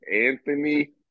Anthony